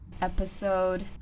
episode